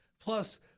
Plus